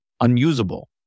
unusable